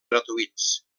gratuïts